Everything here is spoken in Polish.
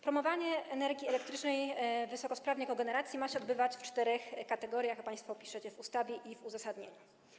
Promowanie energii elektrycznej z wysokosprawnej kogeneracji ma się odbywać w czterech kategoriach, państwo piszecie to w ustawie i w uzasadnieniu.